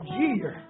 year